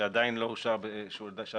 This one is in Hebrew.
שעדיין לא אושר סופית.